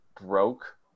broke